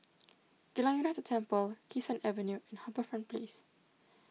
Geylang United Temple Kee Sun Avenue and HarbourFront Place